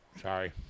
Sorry